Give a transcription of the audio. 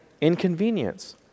inconvenience